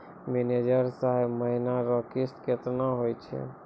manager साहब महीना रो किस्त कितना हुवै छै